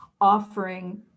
offering